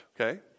okay